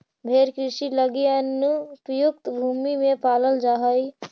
भेंड़ कृषि लगी अनुपयुक्त भूमि में पालल जा हइ